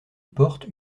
porte